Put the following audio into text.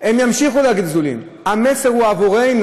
הם ימשיכו להגיד גזולים, המסר הוא עבורנו,